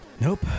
Nope